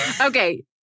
Okay